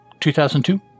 2002